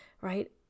right